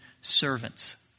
servants